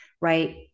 right